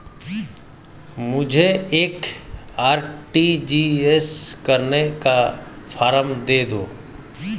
मुझे एक आर.टी.जी.एस करने का फारम दे दो?